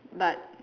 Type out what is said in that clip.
but